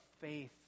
faith